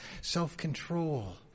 self-control